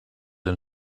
den